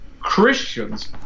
Christians